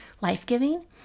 life-giving